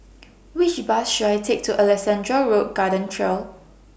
Which Bus should I Take to Alexandra Road Garden Trail